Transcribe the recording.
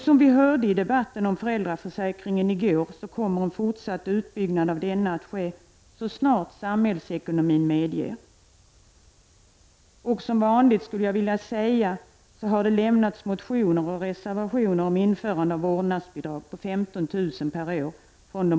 Som vi hörde i debatten om föräldraförsäkringen i går kommer en fortsatt utbyggnad av denna att ske så snart samhällsekonomin medger. Som vanligt, skulle jag vilja säga, har det väckts motioner och avgivits reservationer från de borgerliga partierna om införande av vårdnadsbidrag på 15 000 kr. per år.